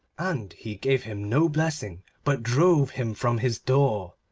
and he gave him no blessing, but drove him from his door.